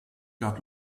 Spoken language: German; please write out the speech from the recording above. gab